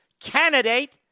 candidate